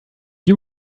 you